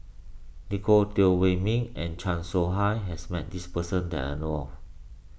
Nicolette Teo Wei Min and Chan Soh Ha has met this person that I know of